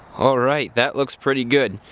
alright, that looks pretty good.